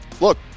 look